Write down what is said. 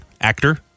actor